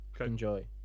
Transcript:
enjoy